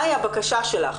מהי הבקשה שלך